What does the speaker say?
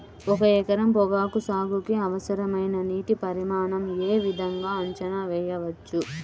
ఒక ఎకరం పొగాకు సాగుకి అవసరమైన నీటి పరిమాణం యే విధంగా అంచనా వేయవచ్చు?